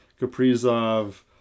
Kaprizov